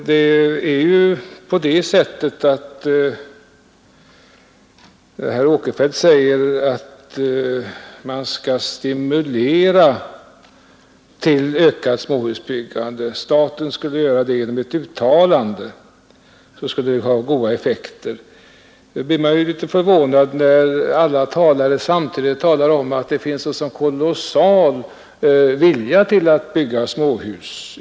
Herr Åkerfeldt säger att staten genom ett uttalande borde stimulera till ökat småhusbyggande, vilket skulle ge god effekt. Man blir då litet förvånad, när alla talare samtidigt talar om att det finns en kolossal vilja att bygga just småhus.